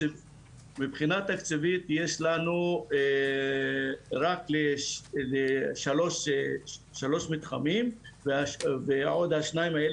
מבחינה תקציבית יש לנו רק שלוש מתחמים ועוד השניים האלה,